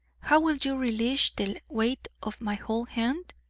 how will you relish the weight of my whole hand?